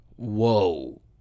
Whoa